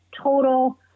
total